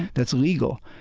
that's legal.